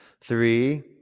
three